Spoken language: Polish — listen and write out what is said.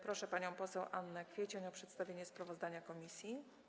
Proszę panią poseł Annę Kwiecień o przedstawienie sprawozdania komisji.